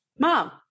mom